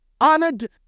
honored